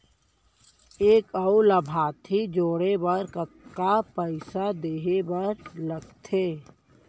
एक अऊ लाभार्थी जोड़े बर कतका पइसा देहे बर लागथे?